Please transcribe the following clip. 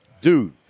dude